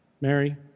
Mary